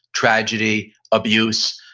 tragedy, abuse,